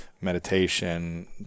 meditation